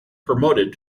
promoted